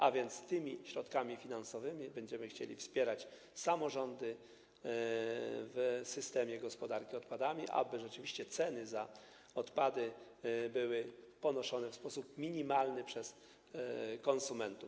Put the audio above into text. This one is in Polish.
A więc tymi środkami finansowymi będziemy chcieli wspierać samorządy w systemie gospodarki odpadami, aby rzeczywiście ceny za odpady były ponoszone w sposób minimalny przez konsumentów.